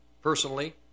personally